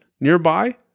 nearby